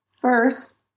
First